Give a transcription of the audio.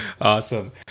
Awesome